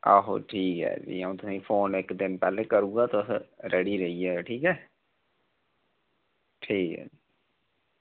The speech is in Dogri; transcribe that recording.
आहो ठीक ऐ जि'यां अ'ऊं इक दिन तुसें ई फोन करगा ना पैह्लें करी ओड़गा तुस रेडी रेही जाएओ ठीक ऐ ठीक ऐ